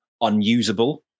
unusable